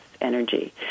Energy